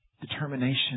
determination